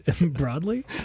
broadly